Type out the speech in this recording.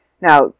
now